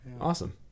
Awesome